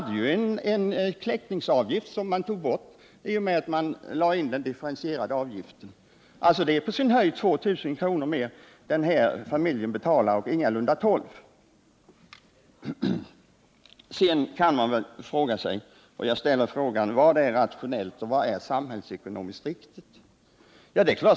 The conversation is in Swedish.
Den tidigare kläckningsavgiften togs ju bort i och med att den differentierade avgiften infördes. Det är alltså på sin höjd 2 000 kr. mer, och ingalunda 12 000 kr. mer, som den här familjen betalar nu. Sedan kan man fråga: Vad är rationellt och vad är samhällsekonomiskt riktigt?